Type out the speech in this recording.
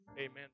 Amen